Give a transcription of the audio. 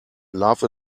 love